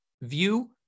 view